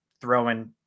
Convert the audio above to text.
throwing